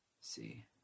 see